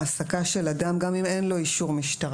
העסקה של אדם גם אם אין לו אישור משטרה,